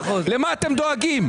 למה אתם דואגים?